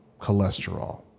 cholesterol